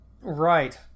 Right